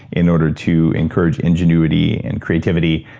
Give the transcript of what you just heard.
in order to encourage ingenuity and creativity,